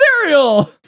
cereal